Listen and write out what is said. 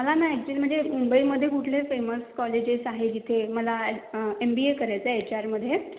मला ना ऍक्च्युली म्हणजे मुंबईमध्ये कुठले फेमस कॉलेजेस आहे जिथे मला एम बी ए करायचं आहे एच आरमध्ये